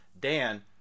Dan